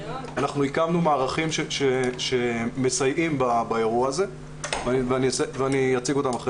אנחנו הקמנו מערכים שמסייעים באירוע הזה ואחר כך אני אציג אותם.